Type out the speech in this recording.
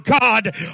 God